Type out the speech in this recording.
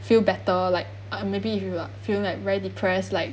feel better like or maybe if you were feeling like very depressed like